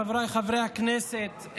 חבריי חברי הכנסת,